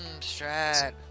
Strat